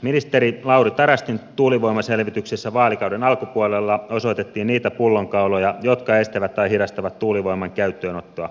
ministeri lauri tarastin tuulivoimaselvityksessä vaalikauden alkupuolella osoitettiin niitä pullonkauloja jotka estävät tai hidastavat tuulivoiman käyttöönottoa